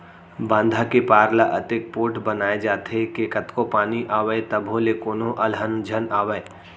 बांधा के पार ल अतेक पोठ बनाए जाथे के कतको पानी आवय तभो ले कोनो अलहन झन आवय